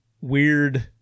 weird